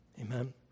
Amen